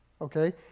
Okay